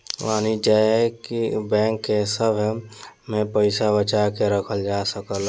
वाणिज्यिक बैंक सभ में पइसा बचा के रखल जा सकेला